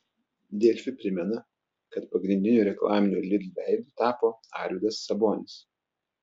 delfi primena kad pagrindiniu reklaminiu lidl veidu tapo arvydas sabonis